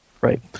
Right